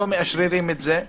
לא מאשרים את זה,